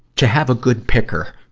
to have a good picker,